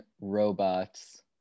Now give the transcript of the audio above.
robots